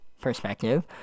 perspective